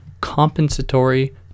compensatory